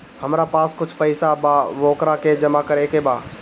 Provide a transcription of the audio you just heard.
हमरा पास कुछ पईसा बा वोकरा के जमा करे के बा?